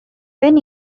when